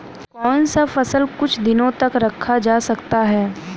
कौन सा फल कुछ दिनों तक रखा जा सकता है?